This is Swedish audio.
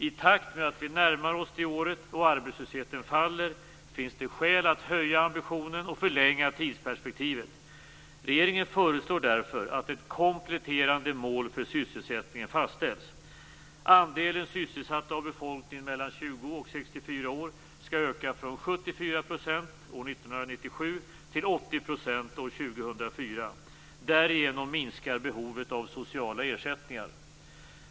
I takt med att vi närmar oss det året och arbetslösheten faller finns det skäl att höja ambitionen och förlänga tidsperspektivet. Regeringen föreslår därför att ett kompletterande mål för sysselsättningen fastställs. Andelen sysselsatta av befolkningen mellan 20 och 64 år skall öka från 74 % år 1997 till 80 % år 2004. Därigenom minskar behovet av sociala ersättningar.